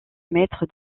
mètre